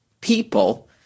people